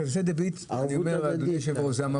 כרטיסי הדביט הם המבוא